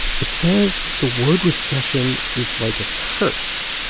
it says the word recession is like a curse.